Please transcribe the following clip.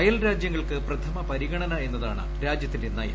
അയൽ രാജ്യങ്ങൾക്ക് പ്രഥമ പരിഗണന എന്നതാണ് രാജ്യത്തിന്റെ നയം